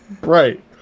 Right